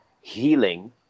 healing